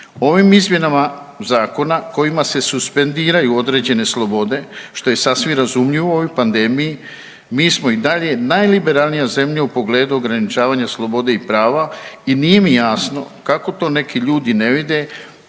Ovim izmjenama zakona kojima se suspendiraju određene slobode što je sasvim razumljivo u ovoj pandemiji mi smo i dalje najliberalnija zemlja u pogledu ograničavanja slobode i prava i nije mi jasno kako to neki ljudi ne vide,